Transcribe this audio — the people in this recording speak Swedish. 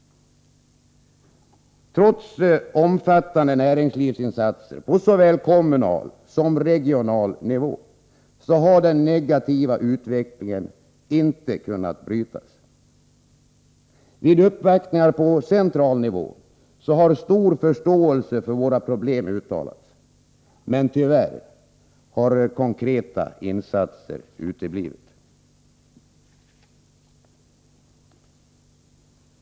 Trots omfattande näringslivsinsatser på såväl kommunal som regional nivå har den negativa utvecklingen inte kunnat brytas. Vid uppvaktningar på central nivå har stor förståelse för våra problem uttalats, men tyvärr har konkreta insatser uteblivit.